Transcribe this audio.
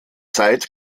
zeit